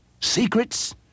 Secrets